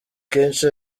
kenshi